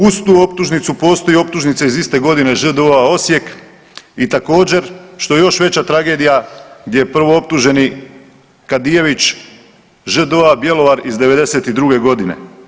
Uz tu optužnicu postoji i optužnica iz iste godine ŽDO Osijek i također što je još veća tragedija gdje je prvooptuženi Kadijević ŽDO-a Bjelovar iz '92.g.